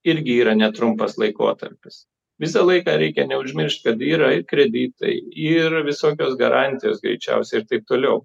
irgi yra netrumpas laikotarpis visą laiką reikia neužmiršt kad yra ir kreditai ir visokios garantijos greičiausiai ir taip toliau